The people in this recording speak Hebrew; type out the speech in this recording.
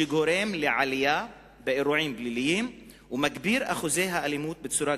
שגורם לעלייה באירועים הפליליים ומעלה מאוד את שיעורי האלימות.